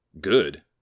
good